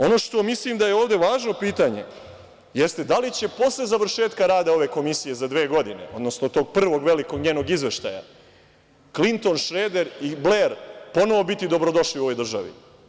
Ono što mislim da je ovde važno pitanje jeste da li će posle završetka rada ove komisije za dve godine, odnosno tog prvog velikog njenog izveštaja, Klinton, Šreder i Bler ponovo biti dobrodošli u ovoj državi?